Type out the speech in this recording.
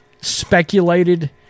speculated